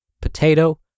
potato